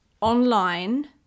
online